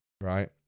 right